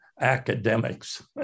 academics